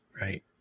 Right